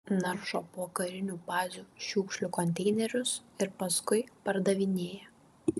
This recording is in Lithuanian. naršo po karinių bazių šiukšlių konteinerius ir paskui pardavinėja